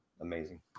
amazing